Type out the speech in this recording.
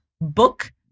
book